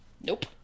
Nope